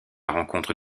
rencontre